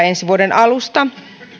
ensi vuoden alusta